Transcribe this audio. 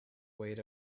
weight